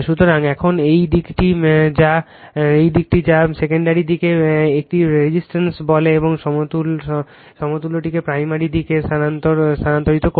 সুতরাং এখন এই দিকটি যা সেকেন্ডারি দিকটিকে একটি রেজিসটেন্স বলে এবং সমতুল্যটিকে প্রাইমারি দিকে স্থানান্তরিত করে